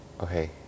Okay